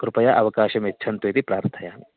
कृपया अवकाशं यच्छन्तु इति प्रार्थयामि